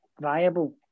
viable